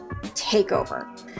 Takeover